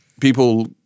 people